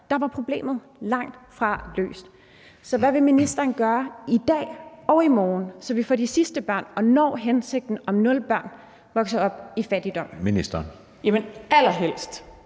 dér, var problemet langtfra løst. Så hvad vil ministeren gøre i dag og i morgen, så vi får de sidste børn med, og så vi når hensigten om, at nul børn vokser op i fattigdom? Kl. 14:33 Anden